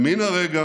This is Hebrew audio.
למן הרגע